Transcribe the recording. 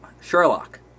Sherlock